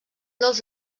dels